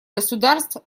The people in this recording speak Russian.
государств